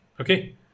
Okay